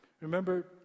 remember